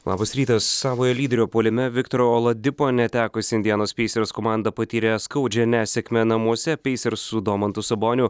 labas rytas savojo lyderio puolime viktoro oladipo netekusi indianos pacers komanda patyrė skaudžią nesėkmę namuose pacers su domantu saboniu